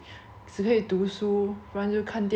只可以读书不然就看电话